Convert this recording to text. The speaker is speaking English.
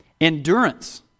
Endurance